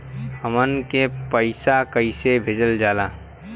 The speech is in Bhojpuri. हमन के पईसा कइसे भेजल जाला?